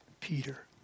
Peter